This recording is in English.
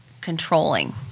controlling